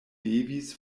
devis